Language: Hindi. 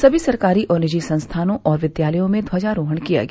सभी सरकारी और निजी संस्थानों और विद्यालयों में ध्वजारोहण किया गया